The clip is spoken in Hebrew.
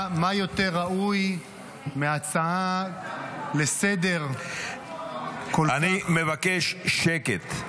מה יותר ראוי מהצעה לסדר-יום כל כך --- אני מבקש שקט.